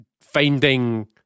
finding